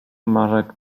marek